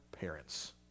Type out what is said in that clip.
parents